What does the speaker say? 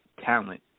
talent